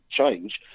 change